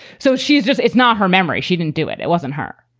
so she's just it's not her memory. she didn't do it. it wasn't her.